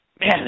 man